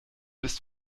ist